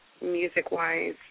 music-wise